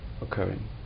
occurring